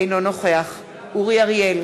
אינו נוכח אורי אריאל,